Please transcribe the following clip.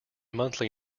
monthly